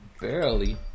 Barely